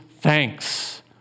thanks